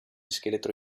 scheletro